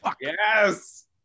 yes